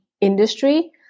industry